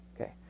okay